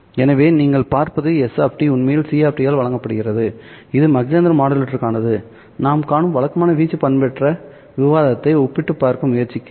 எனவே நீங்கள் இங்கே பார்ப்பது s உண்மையில் c ஆல் வழங்கப்படுகிறது இது மாக் ஜெஹெண்டர் மாடுலேட்டருக்கானது நான் காணும் வழக்கமான வீச்சு பண்பேற்றப்பட்ட விவாதத்தை ஒப்பிட்டுப் பார்க்க முயற்சிக்கிறேன்